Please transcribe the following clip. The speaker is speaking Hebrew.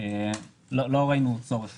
לא ראינו צורך